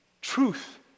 truth